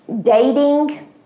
Dating